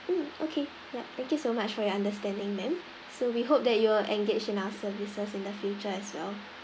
mm okay yup thank you so much for your understanding ma'am so we hope that you'll engage in our services in the future as well